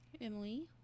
Emily